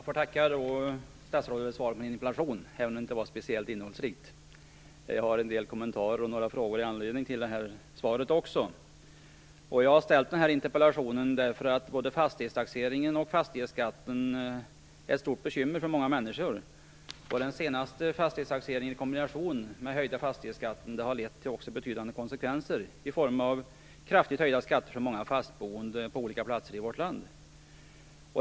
Fru talman! Jag får tacka statsrådet för svaret på min interpellation, även om det inte var speciellt innehållsrikt. Jag har en del kommentarer och några frågor med anledning av detta svar. Jag har ställt denna interpellation eftersom både fastighetstaxeringen och fastighetsskatten är ett stort bekymmer för många människor. Den senaste fastighetstaxeringen i kombination med den höjda fastighetsskatten har också lett till betydande konsekvenser i form av kraftigt höjda skatter för många fastboende på olika platser i vårt land.